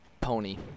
pony